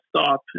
stop